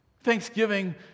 Thanksgiving